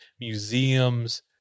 museums